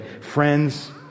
Friends